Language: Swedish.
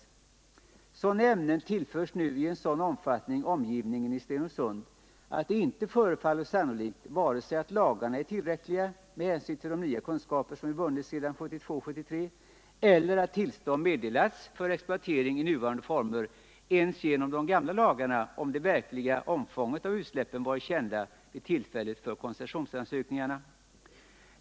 Sådana ämnen tillförs nu i en sådan omfattning omgivningen i Stenungsund att det inte förefaller sannolikt vare sig att lagarna är tillräckliga med hänsyn till de nya kunskaper som vi vunnit sedan 1972-1973 eller att tillstånd skulle ha meddelats för exploatering i nuvarande former ens genom de gamla lagarna, om det verkliga omfånget av utsläppen varit kända vid tillfället för koncessionsansökningarna.